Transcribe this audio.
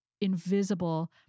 invisible